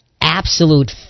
absolute